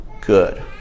good